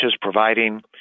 providing